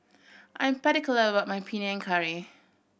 I'm particular about my Panang Curry